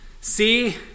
See